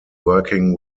working